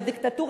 בדיקטטורה,